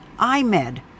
iMed